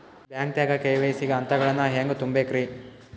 ಬ್ಯಾಂಕ್ದಾಗ ಕೆ.ವೈ.ಸಿ ಗ ಹಂತಗಳನ್ನ ಹೆಂಗ್ ತುಂಬೇಕ್ರಿ?